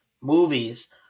movies